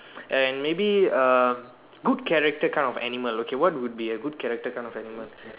and maybe uh good character kind of animal okay what would be a good character kind of animal